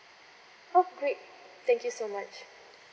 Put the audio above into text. oh great thank you so much